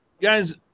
guys